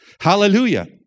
Hallelujah